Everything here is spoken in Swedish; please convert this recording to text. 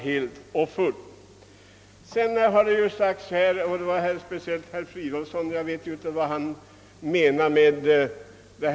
Herr Fridolfsson talade om egnahemsägarna — jag vet inte vad han avsåg med det.